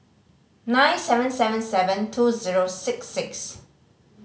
nine seven seven seven two zero six six